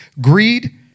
greed